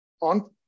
on